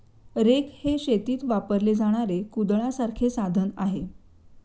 rake हे शेतीत वापरले जाणारे कुदळासारखे साधन आहे